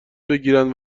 بگیرند